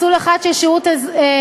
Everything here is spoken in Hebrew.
מסלול אחד של שירות אזרחי-ביטחוני,